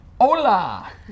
hola